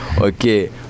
Okay